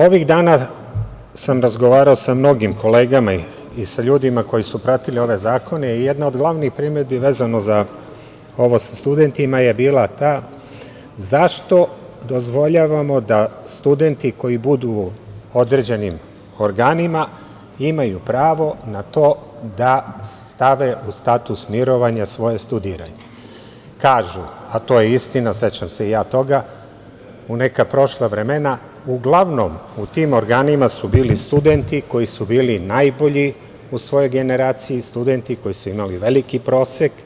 Ovih dana sam razgovarao sa mnogim kolegama i sa ljudima koji su pratili ove zakone i jedna od glavnih primedbi, vezano za ovo sa studentima je bila ta zašto dozvoljavamo da studenti koji budu u određenim organima, imaju pravo na to da stave u status mirovanja svoje studiranje, kažu, a to je istina, sećam se i ja, toga, u neka prošla vremena uglavnom u tim organima su bili studenti koji su bili najbolji u svojoj generaciji, studenti koji su imali veliki prosek.